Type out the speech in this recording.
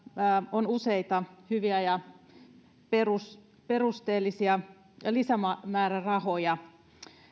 on useita hyviä ja perusteellisia lisämäärärahoja